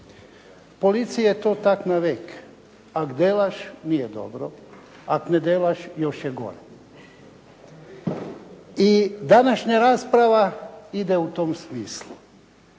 policiji je to tak navek! Ak' delaš nije dobro, ak' ne delaš još je gore! I današnja rasprava ide u tom smislu.